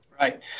Right